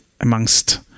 amongst